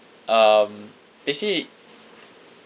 um basically